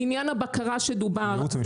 עניין הבקרה שדובר --- הייעוץ המשפטי.